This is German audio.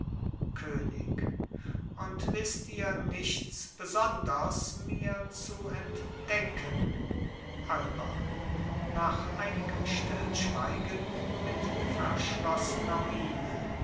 könig und wißt ihr nichts besonders mir zu entdecken alba nach einigem stillschweigen mit verschlossener miene